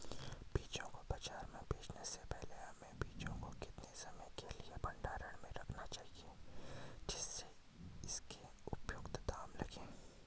बीजों को बाज़ार में बेचने से पहले हमें बीजों को कितने समय के लिए भंडारण में रखना चाहिए जिससे उसके उचित दाम लगें?